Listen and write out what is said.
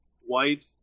White